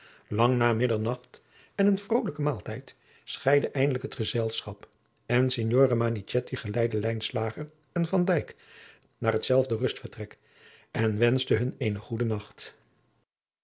lang na middernacht en een vrolijken maaltijd scheidde eindelijk het gezelschap en signore manichetti geleidde lijnslager en van dijk naar hetzelfde rustvertrek en wenschte hun eenen goeden nacht